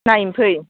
नायनो फै